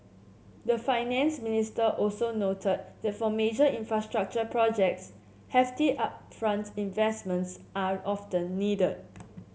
the finance minister also noted that for major infrastructure projects hefty upfront investments are often needed